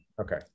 Okay